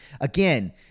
again